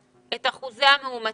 את מספרי הבדיקות, את אחוזי המאומתים,